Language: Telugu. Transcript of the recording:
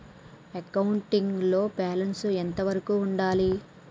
అకౌంటింగ్ లో బ్యాలెన్స్ ఎంత వరకు ఉండాలి?